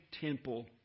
temple